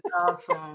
awesome